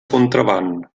contraban